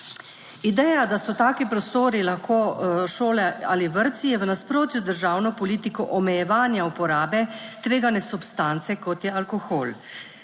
Ideja, da so taki prostori lahko šole ali vrtci, je v nasprotju z državno politiko omejevanja uporabe tvegane substance, kot je alkohol.